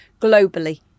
globally